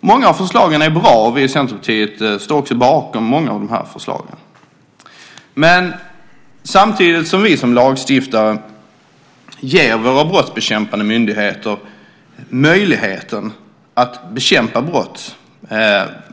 Många av förslagen är bra, och vi i Centerpartiet står också bakom många av förslagen. Samtidigt som vi som lagstiftare ger våra brottsbekämpande myndigheter möjligheten att bekämpa brott